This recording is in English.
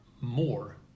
more